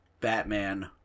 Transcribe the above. Batman